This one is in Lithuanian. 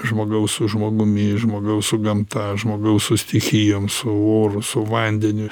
žmogaus su žmogumi žmogaus su gamta žmogaus su stichijom su oru su vandeniu